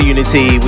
unity